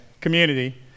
community